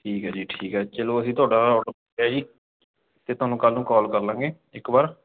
ਠੀਕ ਹੈ ਜੀ ਠੀਕ ਹੈ ਚਲੋ ਅਸੀਂ ਤੁਹਾਡਾ ਔਡਰ ਲਿਆ ਜੀ ਅਤੇ ਤੋਹਾਨੂੰ ਕੱਲ੍ਹ ਨੂੰ ਕਾਲ ਕਰ ਲਵਾਂਗੇ ਇੱਕ ਵਾਰ